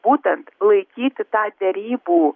būtent laikyti tą derybų